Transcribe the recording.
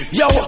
yo